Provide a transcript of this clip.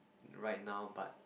right now but